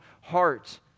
heart